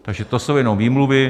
Takže to jsou jenom výmluvy.